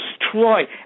destroy